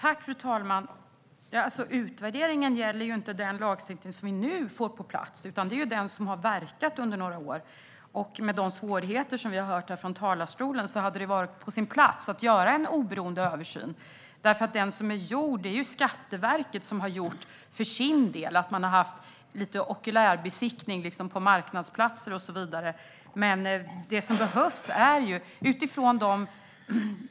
Fru talman! Utvärderingen gäller inte den lagstiftning vi nu får på plats utan den som har verkat under några år. Med tanke på de svårigheter vi har hört om från talarstolen hade det varit på sin plats att göra en oberoende översyn, för den som finns har Skatteverket gjort för egen del - man har haft lite okulärbesiktning på marknadsplatser och så vidare. Det som behövs är ju något annat.